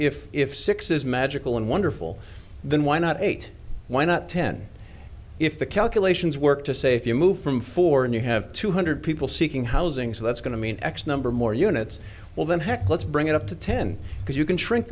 if if six is magical and wonderful then why not eight why not ten if the calculations work to say if you move from four and you have two hundred people seeking housing so that's going to mean x number more units well than heck let's bring it up to ten because you can